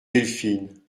delphine